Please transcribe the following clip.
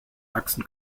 achsen